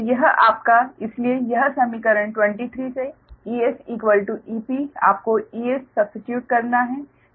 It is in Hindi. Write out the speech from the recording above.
तो यह आपका इसलिए यह समीकरण 23 से EsEp आपको Es सब्स्टिट्यूट करना है